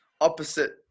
opposite